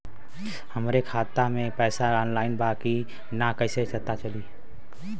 हमरे खाता में पैसा ऑइल बा कि ना कैसे पता चली?